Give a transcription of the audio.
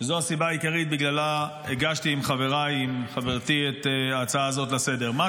שזאת הסיבה העיקרית שבגללה הגשתי עם חברתי את ההצעה הזאת לסדר-היום.